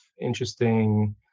interesting